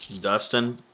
Dustin